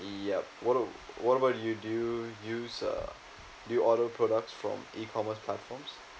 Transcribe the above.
yup what ab~ what about you do you use uh do you order products from E-commerce platforms